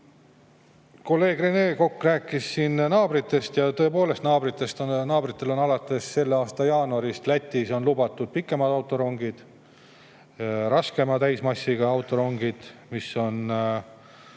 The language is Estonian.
Kolleeg Rene Kokk rääkis siin naabritest. Tõepoolest, naabritel Lätis on alates selle aasta jaanuarist lubatud pikemad autorongid ja suurema täismassiga autorongid, mis on